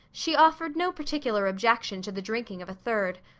she offered no particular objection to the drinking of a third.